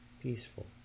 peaceful